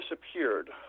disappeared